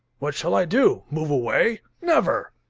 what shall i do? move away? never!